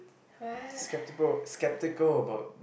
what